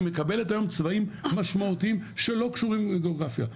היא מקבלת הום צבעים משמעותיים שלא קשורים לגיאוגרפיה,